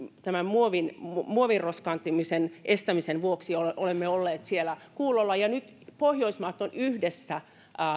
tämän muoviroskaantumisen estämisen vuoksi olemme olleet siellä kuulolla ja nyt pohjoismaat ovat yhdessä